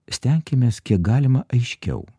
stenkimės kiek galima aiškiau